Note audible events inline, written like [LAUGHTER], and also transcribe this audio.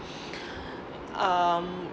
[BREATH] um